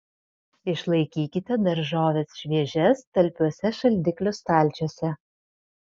išlaikykite daržoves šviežias talpiuose šaldiklių stalčiuose